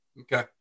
okay